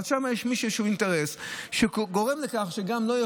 שם יש